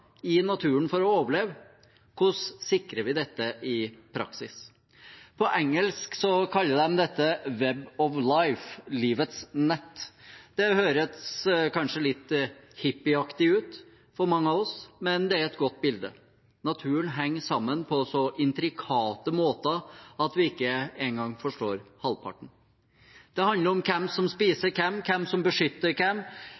i naturen for å overleve: Hvordan sikrer vi dette i praksis? På engelsk kaller de dette «Web of Life» – livets nett. Det høres kanskje litt hippieaktig ut for mange av oss, men det er et godt bilde. Naturen henger sammen på så intrikate måter at vi ikke engang forstår halvparten. Det handler om hvem som